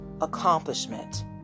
accomplishment